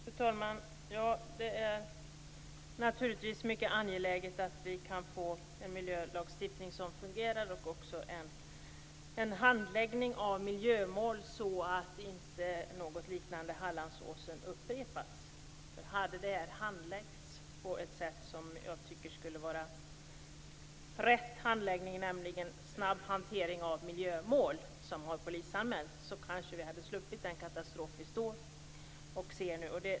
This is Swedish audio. Fru talman! Det är naturligtvis mycket angeläget att vi får en miljölagstiftning som fungerar och att miljömål handläggs så att något liknande det som skett på Hallandsåsen inte upprepas. Hade ärendet handlagts på det sätt som är riktigt för miljömål som har polisanmälts, nämligen snabbt, hade vi kanske sluppit den katastrof vi ser nu.